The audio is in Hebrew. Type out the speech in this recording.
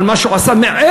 על מה שהוא עשה מעבר.